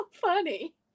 funny